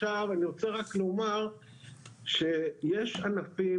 עכשיו אני רוצה רק לומר שיש ענפים,